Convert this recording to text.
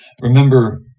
Remember